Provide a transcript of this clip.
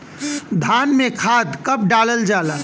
धान में खाद कब डालल जाला?